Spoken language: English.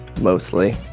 mostly